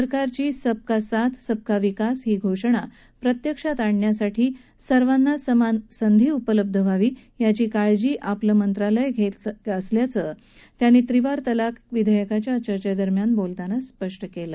सरकारची सबका साथ सबका विकास ही घोषणा प्रत्यक्षात आणण्यासाठी सर्वांना समान संधी उपलब्ध व्हावी याची काळजी आपलं मंत्रालय घेत असल्याचं त्यांनी त्रिवार तलाक विधेयकाच्या चर्चे दरम्यान बोलताना स्पष्ट केलं